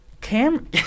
Cam